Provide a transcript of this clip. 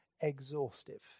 exhaustive